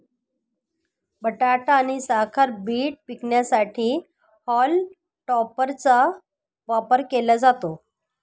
बटाटा आणि साखर बीट पिकांसाठी हॉल टॉपरचा वापर केला जातो